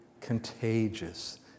contagious